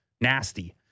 nasty